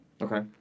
Okay